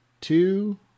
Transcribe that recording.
two